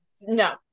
no